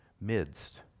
midst